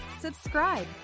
subscribe